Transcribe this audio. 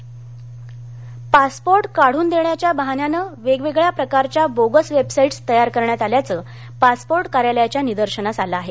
passport passport काढून देण्याच्या बहाण्याने वेगवेगळ्या प्रकारच्या बोगस वेबसाईटस् तयार करण्यात आल्याचे पासपोर्ट कार्यालयाध्या निदर्शनास आले आहे